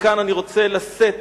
מכאן אני רוצה לשאת